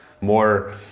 more